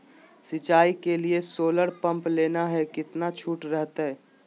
सिंचाई के लिए सोलर पंप लेना है कितना छुट रहतैय?